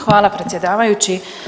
Hvala predsjedavajući.